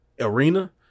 arena